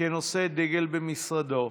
כנושא דגל במשרדו.